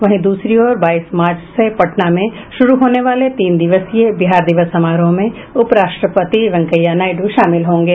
वहीं दूसरी ओर बाईस मार्च से पटना में शुरू होने वाले तीन दिवसीय बिहार दिवस समारोह में उपराष्ट्रपति वेंकैया नायडू शामिल होंगे